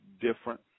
different